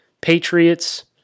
Patriots